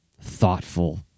thoughtful